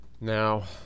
Now